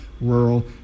rural